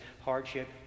Hardship